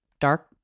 dark